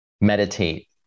meditate